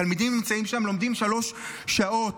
תלמידים נמצאים שם ולומדים שלוש שעות.